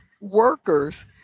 workers